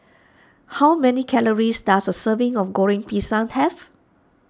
how many calories does a serving of Goreng Pisang have